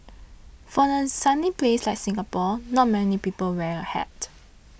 for a sunny place like Singapore not many people wear a hat